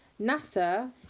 NASA